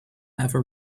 ever